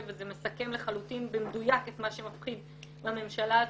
וזה מסכם לחלוטין במדויק את מה שמפחיד בממשלה הזאת,